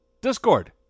Discord